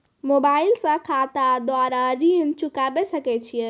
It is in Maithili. मोबाइल से खाता द्वारा ऋण चुकाबै सकय छियै?